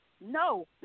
no